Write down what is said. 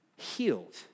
healed